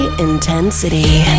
intensity